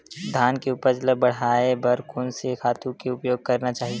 धान के उपज ल बढ़ाये बर कोन से खातु के उपयोग करना चाही?